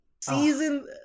Season